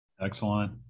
Excellent